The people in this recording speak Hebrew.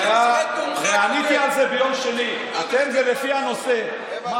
אני שמח לשמוע, כי אני זוכר את נאומך הקודם.